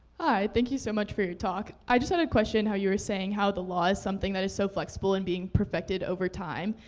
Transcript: hi, thank you so much for your talk. i just had a question how you were saying how the las is something that is so flexible and being perfected over time.